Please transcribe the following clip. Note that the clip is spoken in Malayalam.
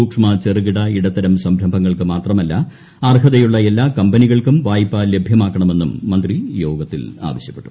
സുക്ഷ്മ ചെറുകിട ഇടത്തരം സംരംഭങ്ങൾക്ക് മാത്രമല്ല അർഹതയുള്ള എല്ലാ കമ്പനികൾക്കും വായ്പ ലഭ്യമാക്കണമെന്നും മന്ത്രി യോഗത്തിൽ ആവശ്യപ്പെട്ടു